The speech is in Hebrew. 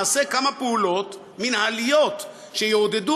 נעשה כמה פעולות מינהליות שיעודדו